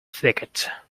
thicket